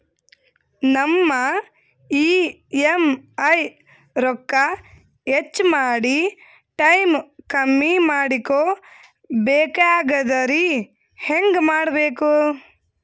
ನಮ್ಮ ಇ.ಎಂ.ಐ ರೊಕ್ಕ ಹೆಚ್ಚ ಮಾಡಿ ಟೈಮ್ ಕಮ್ಮಿ ಮಾಡಿಕೊ ಬೆಕಾಗ್ಯದ್ರಿ ಹೆಂಗ ಮಾಡಬೇಕು?